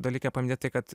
dalyke paminėt tai kad